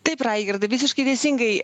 taip raigardai visiškai teisingai